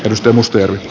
risto mustajärvi